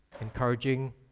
encouraging